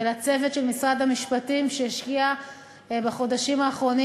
ולצוות של משרד המשפטים שהשקיע בחודשים האחרונים